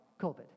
COVID